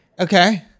Okay